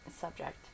subject